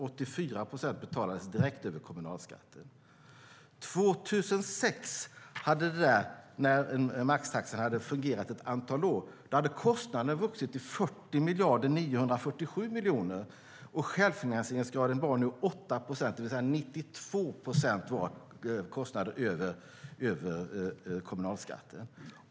84 procent betalades direkt över kommunalskatten. År 2006, när maxtaxan hade fungerat ett antal år, hade kostnaderna vuxit till 40 947 000 000. Självfinansieringsgraden var nu 8 procent, det vill säga 92 procent var kostnader över kommunalskatten.